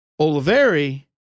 Oliveri